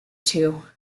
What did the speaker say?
too